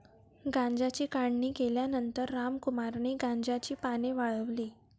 गांजाची काढणी केल्यानंतर रामकुमारने गांजाची पाने वाळवली